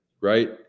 right